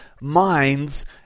minds